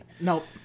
Nope